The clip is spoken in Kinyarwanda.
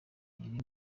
iri